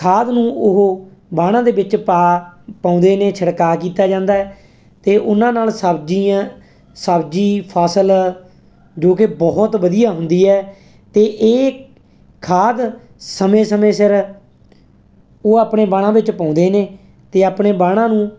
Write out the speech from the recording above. ਖਾਦ ਨੂੰ ਉਹ ਵਾਹਣਾਂ ਦੇ ਵਿੱਚ ਪਾ ਪਾਉਂਦੇ ਨੇ ਛਿੜਕਾਅ ਕੀਤਾ ਜਾਂਦਾ ਅਤੇ ਉਹਨਾਂ ਨਾਲ ਸਬਜ਼ੀਆਂ ਸਬਜ਼ੀ ਫਸਲ ਜੋ ਕਿ ਬਹੁਤ ਵਧੀਆ ਹੁੰਦੀ ਹੈ ਅਤੇ ਇਹ ਖਾਦ ਸਮੇਂ ਸਮੇਂ ਸਿਰ ਉਹ ਆਪਣੇ ਵਾਹਣਾਂ ਵਿੱਚ ਪਾਉਂਦੇ ਨੇ ਅਤੇ ਆਪਣੇ ਵਾਹਣਾਂ ਨੂੰ